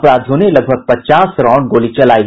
अपराधियों ने लगभग पचास राउंड गोली चलायी